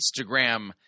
Instagram